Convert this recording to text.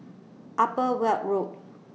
Upper Weld Road